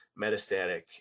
metastatic